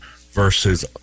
versus